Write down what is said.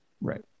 Right